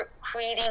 creating